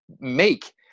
make